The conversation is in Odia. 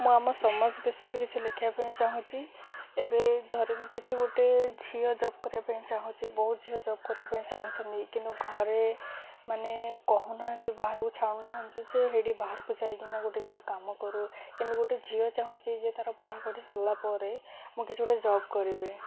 ମୁଁ ଆମ ସମାଜ ବିଷୟରେ କିଛି ଲେଖିବା ପାଇଁ ଚାହୁଁଛି ଏବେ ଧରି ମୁଁ କିଛି ଗୋଟେ ଝିଅ ଜବ୍ କରିବା ପାଇଁ ଚାହୁଁଛି ବହୁତ ଝିଅ ଜବ୍ କରିବା ପାଇଁ ଚାହୁଁଛନ୍ତି କିନ୍ତୁ ଘରେ ମାନେ କହୁନାହାନ୍ତି ବାହାରକୁ ଛାଡ଼ୁନାହାନ୍ତି ଯେ ହେଇଠି ବାହାରକୁ ଯାଇକିନା ଗୋଟେ ଝିଅ କାମ କରୁ କିନ୍ତୁ ଗୋଟେ ଝିଅ ଚାହୁଁଛି ଯେ ତାର ପଢ଼ାପଢ଼ି ସରିଲା ପରେ ମୁଁ କିଛି ଗୋଟେ ଜବ୍ କରିବି